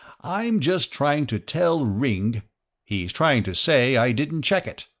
i'm just trying to tell ringg he's trying to say i didn't check it.